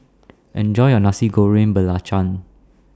Enjoy your Nasi Goreng Belacan